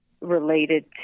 related